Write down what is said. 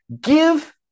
give